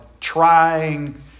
trying